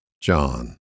John